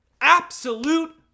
Absolute